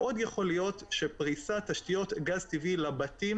מאוד יכול להיות שפריסת תשתיות גז טבעי לבתים